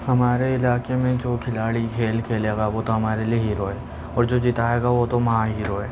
ہمارے علاقے میں جو کھلاڑی کھیل کھیلے گا وہ تو ہمارے لئے ہیرو ہے اور جو جتائے گا وہ مہا ہیرو ہے